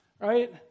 right